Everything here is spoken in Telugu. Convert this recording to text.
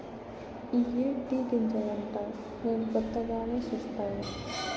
ఇయ్యే టీ గింజలంటా నేను కొత్తగానే సుస్తాను